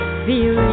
feel